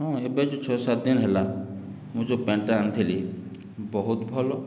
ହଁ ଏବେ ଯେଉଁ ଛଅ ସାତ ଦିନ ହେଲା ମୁଁ ଯେଉଁ ପ୍ୟାଣ୍ଟ୍ଟା ଆଣିଥିଲି ବହୁତ ଭଲ